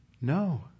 no